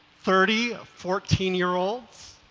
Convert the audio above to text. thirty fourteen year olds,